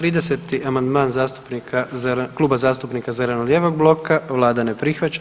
30. amandman Klub zastupnika zeleno-lijevog bloka, Vlada ne prihvaća.